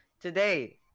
Today